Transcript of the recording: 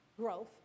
Growth